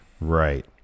Right